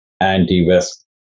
anti-West